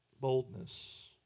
boldness